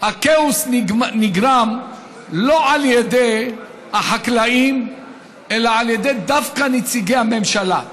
הכאוס לא נגרם על ידי החקלאים אלא דווקא על ידי נציגי הממשלה.